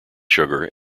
sugar